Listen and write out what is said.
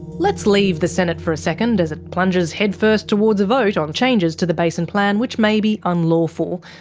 let's leave the senate for a second, as it plunges headfirst towards a vote on changes to the basin plan which may be unlawful.